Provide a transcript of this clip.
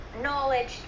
knowledge